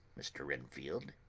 mr. renfield.